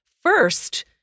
First